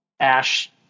Ash